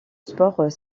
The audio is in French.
sport